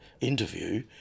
interview